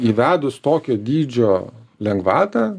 įvedus tokio dydžio lengvatą